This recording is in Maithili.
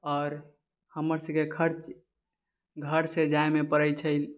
आओर हमर सभके खर्च घरसँ जाइमे पड़ै छै